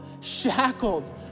shackled